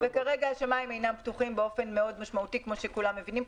כרגע השמים אינם פתוחים באופן מאוד משמעותי כמוש כולם מבינים,